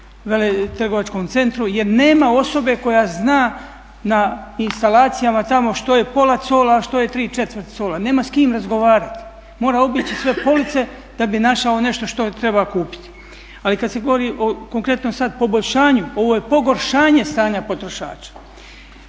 veletrgovačkom centru jer nema osobe koja zna na instalacijama tamo što je pola cola, a što je tri četvrt cola, nema s kim razgovarati. Mora obići sve police da bi našao nešto što treba kupiti. Ali kada se govori o konkretno sada poboljšanju, ovo je pogoršanje stanja potrošača.